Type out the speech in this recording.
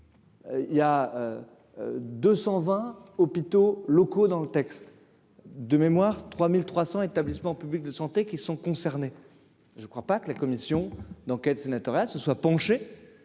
Il y a 220 hôpitaux locaux dans le texte de mémoire 3300 établissements publics de santé qui sont concernés, je ne crois pas que la commission d'enquête sénatoriale se soit penché